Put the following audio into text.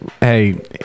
hey